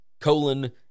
colon